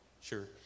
Sure